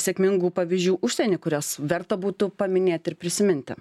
sėkmingų pavyzdžių užsieny kuriuos verta būtų paminėt ir prisiminti